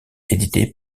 édité